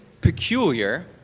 peculiar